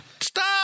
Stop